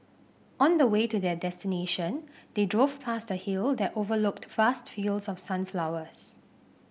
on the way to their destination they drove past a hill that overlooked vast fields of sunflowers